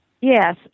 Yes